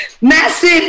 massive